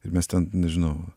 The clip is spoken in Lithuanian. ir mes ten nežinau